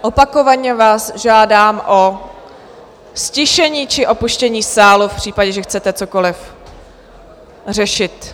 Opakovaně vás žádám o ztišení či opuštění sálu v případě, že chcete cokoliv řešit.